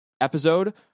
episode